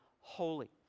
holy